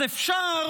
אז אפשר